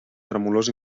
tremolors